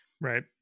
right